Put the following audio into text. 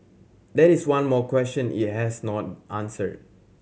that is one more question it has not answered